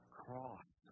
cross